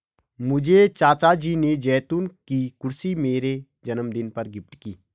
मुझे चाचा जी ने जैतून की कुर्सी मेरे जन्मदिन पर गिफ्ट की है